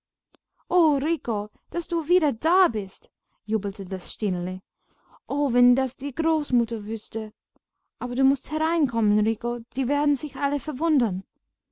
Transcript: daß du wieder da bist jubelte das stineli o wenn das die großmutter wüßte aber du mußt hereinkommen rico die werden sich alle verwundern